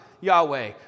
Yahweh